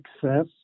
success